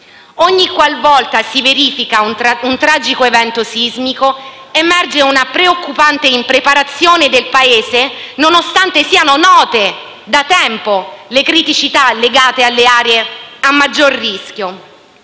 Ogni qualvolta si verifica un tragico evento sismico, emerge una preoccupante impreparazione del Paese, nonostante siano note da tempo le criticità legate alle aree a maggior rischio.